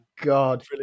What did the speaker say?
God